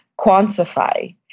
quantify